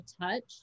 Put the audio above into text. touch